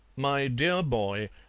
my dear boy,